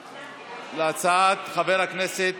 נספחות.] אנחנו עוברים להצעת חבר הכנסת